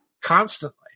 Constantly